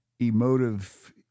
emotive